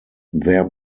their